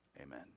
Amen